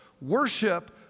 worship